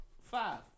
five